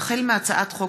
החל בהצעת חוק